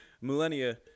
millennia